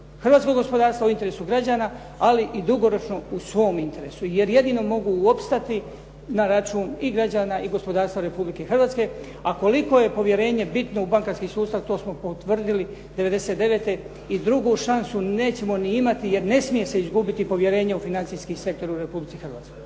hrvatskog gospodarstva, u interesu građana ali i dugoročno u svom interesu, jer jedino mogu opstati na račun i građana i gospodarstva Republike Hrvatske. A koliko je povjerenje bitno u bankarski sustav to smo potvrdili '99. i drugu šansu nećemo niti imati jer ne smije se izgubiti povjerenje u financijski sektor u Republici Hrvatskoj.